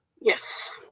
yes